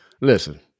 listen